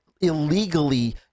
illegally